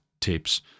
tapes